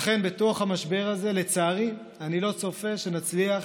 ולכן בתוך המשבר הזה לצערי אני לא צופה שנצליח